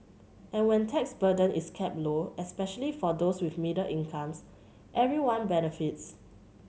and when tax burden is kept low especially for those with middle incomes everyone benefits